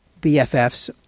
BFFs